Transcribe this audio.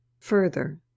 further